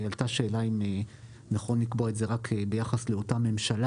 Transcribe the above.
עלתה שאלה אם נכון לקבוע את זה רק ביחס לאותה ממשלה